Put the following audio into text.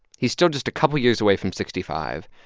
he's still just a couple years away from sixty five.